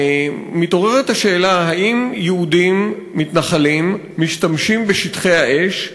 מתעוררת השאלה: האם יהודים מתנחלים משתמשים בשטחי האש,